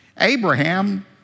Abraham